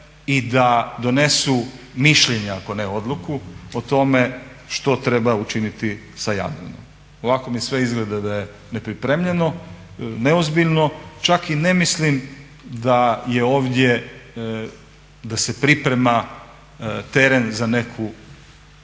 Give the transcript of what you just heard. i da donesu mišljenja ako ne odluku o tome što treba učiniti sa Jadranom. Ovako mi sve izgleda da je nepripremljeno, neozbiljno, čak i ne mislim da je ovdje, da se priprema teren za neku